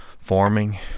forming